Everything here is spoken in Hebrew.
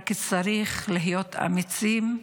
רק צריך להיות אמיצים,